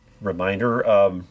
reminder